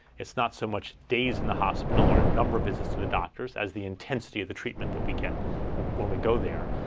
it's not so much days in the hospital or number of visits to the doctors as the intensity of the treatment that we get when when we go there.